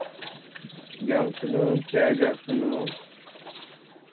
ᱡᱚᱢ ᱥᱩᱱᱩᱢ ᱥᱮ ᱚᱡᱚᱜ ᱥᱩᱱᱩᱢ